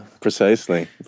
precisely